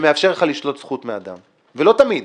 שמאפשר לך לשלול זכות מאדם לא תמיד.